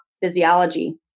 physiology